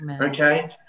Okay